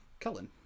Cullen